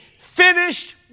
finished